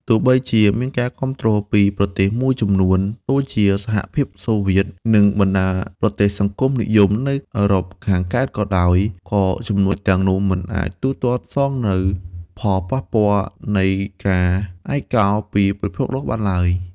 ទោះបីជាមានការគាំទ្រពីប្រទេសមួយចំនួនដូចជាសហភាពសូវៀត និងបណ្ដាប្រទេសសង្គមនិយមនៅអឺរ៉ុបខាងកើតក៏ដោយ ក៏ជំនួយទាំងនោះមិនអាចទូទាត់សងនូវផលប៉ះពាល់នៃការឯកោពីពិភពលោកបានឡើយ។